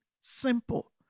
simple